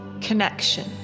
connection